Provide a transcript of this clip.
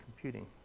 computing